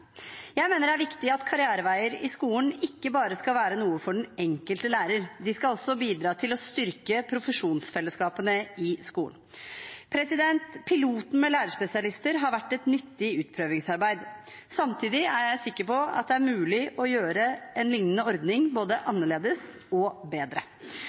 Jeg mener det er viktig at karriereveier i skolen ikke bare skal være noe for den enkelte lærer; det skal også bidra til å styrke profesjonsfellesskapene i skolen. Piloten med lærerspesialister har vært et nyttig utprøvingsarbeid. Samtidig er jeg sikker på at det er mulig å gjøre en liknende ordning både annerledes og bedre.